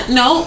no